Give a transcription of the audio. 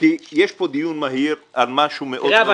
יש כאן דיון מהיר על משהו מאוד קונקרטי.